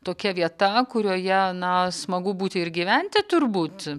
tokia vieta kurioje na smagu būti ir gyventi turbūt